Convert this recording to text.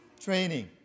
training